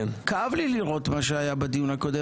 כאב לי לראות מה שהיה בדיון הקודם.